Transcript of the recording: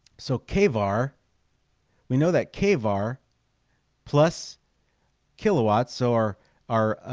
so kvar we know that kvar plus kilowatts or our